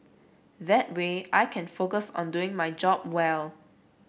that way I can focus on doing my job well